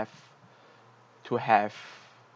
to have